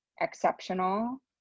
exceptional